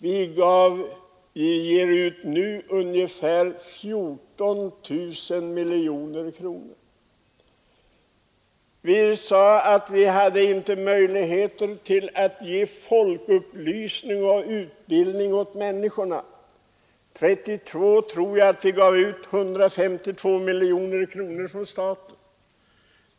Nu ger vi ut ungefär 14 000 miljoner kronor. Man sade att vi inte hade möjlighet att ge folkupplysning och utbildning åt människorna. År 1932 tror jag att staten gav ut 152 miljoner kronor på utbildning.